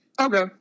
Okay